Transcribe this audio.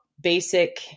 basic